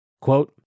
Quote